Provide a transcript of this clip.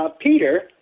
Peter